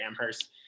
Amherst